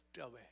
away